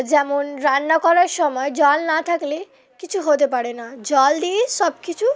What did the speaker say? যেমন রান্না করার সময় জল না থাকলে কিছু হতে পারে না জল দিয়ে সব কিছু